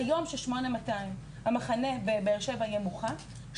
ביום שהמחנה בבאר שבע יהיה מוכן,